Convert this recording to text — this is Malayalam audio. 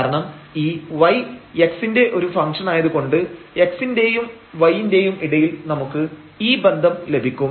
കാരണം ഈ y x ന്റെ ഒരു ഫംഗ്ഷൻ ആയതുകൊണ്ട് x ന്റെയും y ന്റെയും ഇടയിൽ നമുക്ക് ഈ ബന്ധം ലഭിക്കും